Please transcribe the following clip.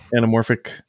anamorphic